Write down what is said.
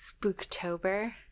Spooktober